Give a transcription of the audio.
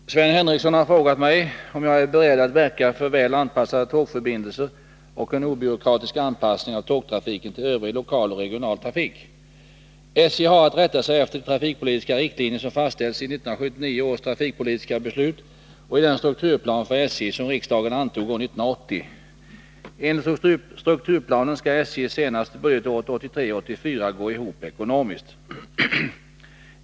Herr talman! Sven Henricsson har frågat mig om jag är beredd att verka för väl anpassade tågförbindelser och en obyråkratisk anpassning av tågtrafiken till övrig lokal och regional trafik. SJ har att rätta sig efter de trafikpolitiska riktlinjer som fastställts i 1979 års trafikpolitiska beslut och i den strukturplan för SJ som riksdagen antog år 1980. Enligt strukturplanen skall SJ senast budgetåret 1983/84 gå ihop ekonomiskt.